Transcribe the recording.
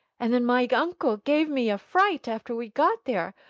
and then my uncle gave me a fright after we got there,